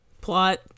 plot